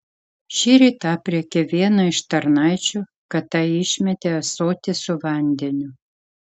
šįryt aprėkė vieną iš tarnaičių kad ta išmetė ąsotį su vandeniu